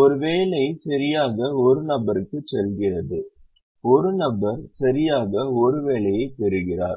ஒரு வேலை சரியாக ஒரு நபருக்குச் செல்கிறது ஒரு நபர் சரியாக ஒரு வேலையைப் பெறுகிறார்